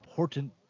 important